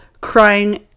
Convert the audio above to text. crying